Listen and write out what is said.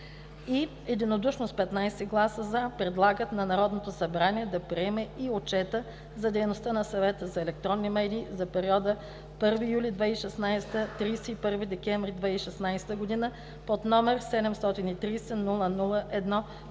- единодушно с 15 гласа „за“ предлагат на Народното събрание да приеме Отчета за дейността на Съвета за електронни медии за периода 1 юли 2016 г. – 31 декември 2016 г., № 730-00-1,